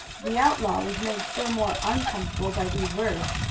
the outlaw was made still more uncomfortable by these words.